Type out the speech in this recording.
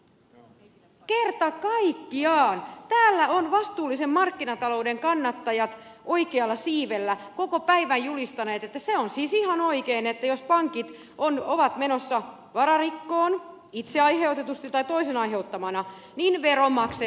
kerta kaikkiaan täällä ovat vastuullisen markkinatalouden kannattajat oikealla siivellä koko päivän julistaneet että se on siis ihan oikein että jos pankit ovat menossa vararikkoon itse aiheutetusti tai toisen aiheuttamana niin veronmaksajat kyllä aina pelastavat jälleen kaiken